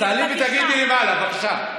אז תעלי ותגידי למעלה, בבקשה.